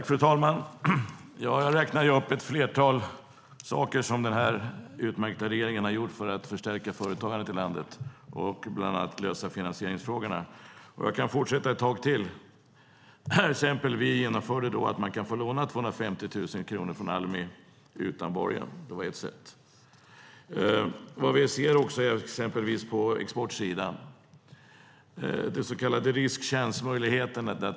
Fru talman! Jag räknade upp ett flertal saker som den här utmärkta regeringen gjort för att förstärka företagandet i landet och bland annat lösa finansieringsfrågorna. Jag kan fortsätta ett tag till. Till exempel har vi genomfört att man kan få låna 250 000 kronor från Almi utan borgen. Vi ser också "riskchansmöjligheterna" på exportsidan.